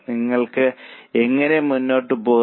നിങ്ങൾ എങ്ങനെ മുന്നോട്ട് പോകും